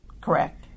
Correct